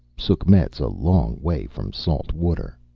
sukhmet's a long way from salt water.